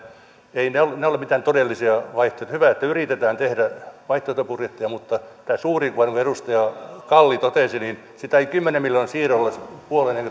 eivät ne ole ne ole mitään todellisia vaihtoehtoja hyvä että yritetään tehdä vaihtoehtobudjetteja mutta niin kuin edustaja kalli totesi niin tätä suurinta kuvaa ei kymmenen miljoonan siirrolla puoleen eikä